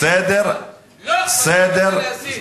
לא, להסית.